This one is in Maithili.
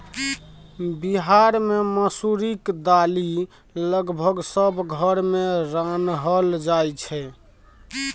बिहार मे मसुरीक दालि लगभग सब घर मे रान्हल जाइ छै